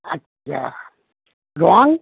আচ্ছা রং